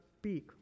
speak